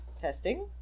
Testing